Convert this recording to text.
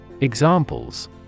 Examples